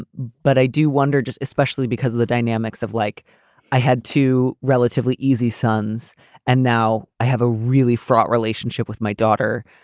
but i do wonder, just especially because of the dynamics of like i had two relatively easy sons and now i have a really fraught relationship with my daughter,